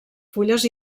fulles